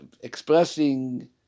expressing